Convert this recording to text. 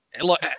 look